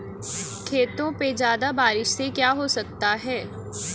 खेतों पे ज्यादा बारिश से क्या हो सकता है?